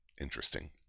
Interesting